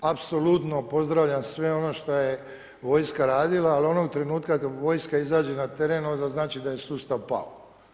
Apsolutno pozdravljam sve ono što je vojska radila, ali onog trenutka kada vojska izađe na teren onda znači da je sustav pao.